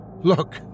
Look